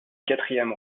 quatrième